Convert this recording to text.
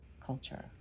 culture